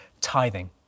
tithing